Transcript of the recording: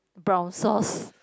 brown sauce